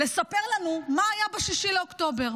לספר לנו מה היה ב-6 באוקטובר.